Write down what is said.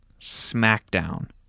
SmackDown